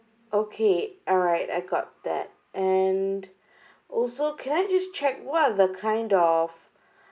okay alright I got that and also can I just check what other kind of